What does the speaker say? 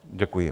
Děkuji.